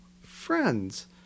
friends